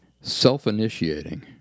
self-initiating